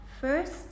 first